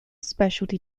specialty